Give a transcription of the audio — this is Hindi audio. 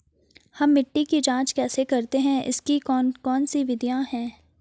हम मिट्टी की जांच कैसे करते हैं इसकी कौन कौन सी विधियाँ है?